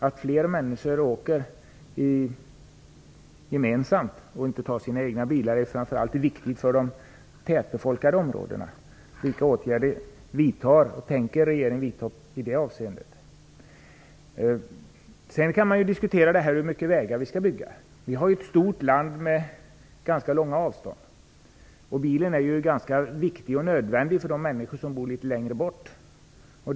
Att fler människor åker gemensamt och inte tar sina egna bilar är framför allt viktigt i de tätbefolkade områdena. Vilka åtgärder tänker regeringen vidta i det avseendet? Man kan också diskutera hur många vägar vi skall bygga. Vårt land är stort med ganska långa avstånd. Bilen är ganska viktig och nödvändig för människor på vissa håll i landet.